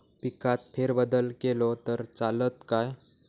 पिकात फेरबदल केलो तर चालत काय?